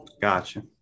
Gotcha